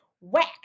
whack